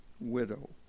widow